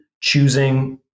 choosing